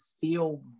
feel